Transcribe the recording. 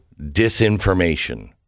disinformation